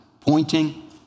pointing